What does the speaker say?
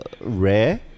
rare